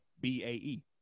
B-A-E